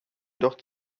jedoch